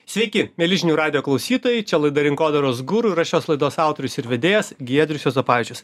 sveiki mieli žinių radijo klausytojai čia laida rinkodaros guru ir aš šios laidos autorius ir vedėjas giedrius juozapavičius